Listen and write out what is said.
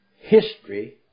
History